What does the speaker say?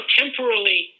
temporarily